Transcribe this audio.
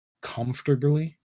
comfortably